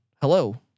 hello